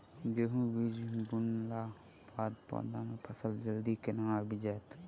गेंहूँ बीज बुनला बाद पौधा मे फसल जल्दी केना आबि जाइत?